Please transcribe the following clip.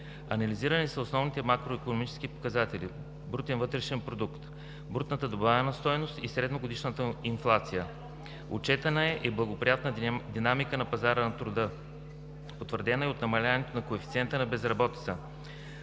Анализирани са основните макроикономически показатели – БВП, брутната добавена стойност и средногодишната инфлация. Отчетена е и благоприятна динамика на пазара на труда, потвърдена и от намаляването на коефициента на безработица;